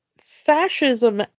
fascism